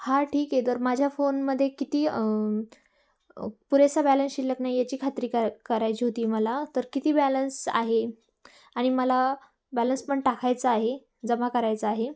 हा ठीक आहे तर माझ्या फोनमध्ये किती पुरेसा बॅलन्स शिल्लक नाही याची खात्री करा करायची होती मला तर किती बॅलन्स आहे आणि मला बॅलन्स पण टाकायचा आहे जमा करायचा आहे